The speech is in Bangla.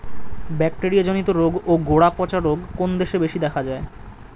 ব্যাকটেরিয়া জনিত রোগ ও গোড়া পচা রোগ কোন দেশে বেশি দেখা যায়?